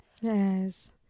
Yes